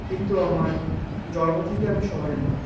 কিন্তু আমার জন্ম থেকে আমি শহরের না